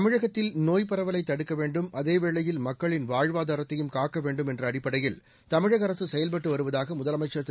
தமிழகத்தில் நோய்ப் பரவலை தடுக்க வேண்டும் அதேவேளையில் மக்களின் வாழ்வாதாரத்தையும் காக்க வேண்டும் என்ற அடிப்படையில் தமிழக அரசு செயல்பட்டு வருவதாக முதலமைச்சர் திரு